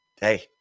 hey